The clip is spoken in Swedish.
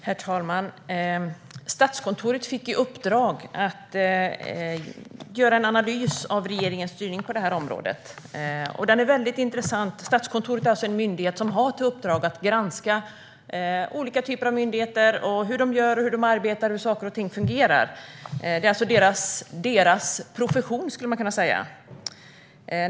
Herr talman! Statskontoret fick i uppdrag att göra en analys av regeringens styrning på det här området. Den är väldigt intressant. Statskontoret är alltså en myndighet som har till uppdrag att granska olika typer av myndigheter - hur de gör, hur de arbetar och hur saker och ting fungerar. Det är dess profession, skulle man kunna säga.